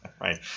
Right